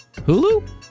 Hulu